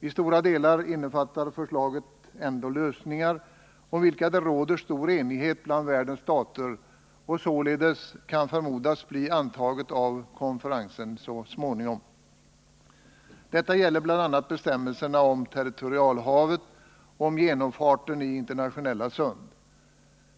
I stora delar innefattar det ändå lösningar, om vilka det råder stor enighet bland världens stater, och förslaget kan således förmodas bli antaget av konferensen så småningom. Detta gäller bl.a. bestämmelserna om territorialhavet och om genomfarten i internationella sund.